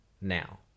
now